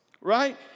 Right